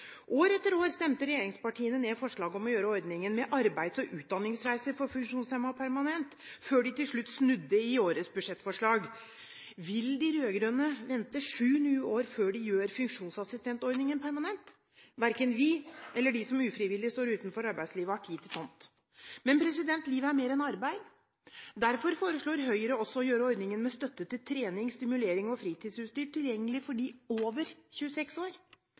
År etter år stemte regjeringspartiene ned forslag om å gjøre ordningen med arbeids- og utdanningsreiser for funksjonshemmede permanent, før de til slutt snudde i årets budsjettforslag. Vil de rød-grønne vente sju nye år før de gjør funksjonsassistentordningen permanent? Verken vi eller de som ufrivillig står utenfor arbeidslivet, har tid til slikt. Men livet er mer enn arbeid. Derfor foreslår Høyre også å gjøre ordningen med støtte til trening, stimulering og fritidsutstyr tilgjengelig for dem over 26 år.